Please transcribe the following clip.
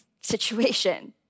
situation